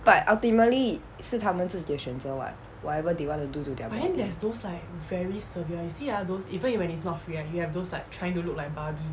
but ultimately 是他们自己的选择 [what] whatever they want to do to their body